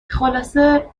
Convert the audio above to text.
خلاصه